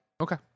Okay